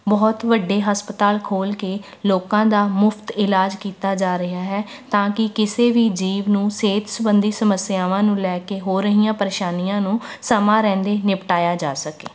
ਬਹੁਤ ਵੱਡੇ ਹਸਪਤਾਲ ਖੋਲ੍ਹ ਕੇ ਲੋਕਾਂ ਦਾ ਮੁਫਤ ਇਲਾਜ਼ ਕੀਤਾ ਜਾ ਰਿਹਾ ਹੈ ਤਾਂ ਕਿ ਕਿਸੇ ਵੀ ਜੀਵ ਨੂੰ ਸਿਹਤ ਸੰਬੰਧੀ ਸਮੱਸਿਆਵਾਂ ਨੂੰ ਲੈ ਕੇ ਹੋ ਰਹੀਆਂ ਪਰੇਸ਼ਾਨੀਆਂ ਨੂੰ ਸਮਾਂ ਰਹਿੰਦੇ ਨਿਪਟਾਇਆ ਜਾ ਸਕੇ